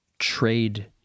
trade